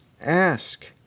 Ask